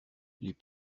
les